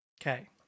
Okay